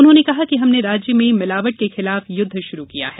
उन्होंने कहा कि हमने राज्य में मिलावट के खिलाफ युद्ध शुरू किया है